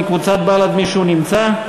מקבוצת בל"ד מישהו נמצא?